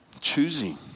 choosing